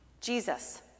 Jesus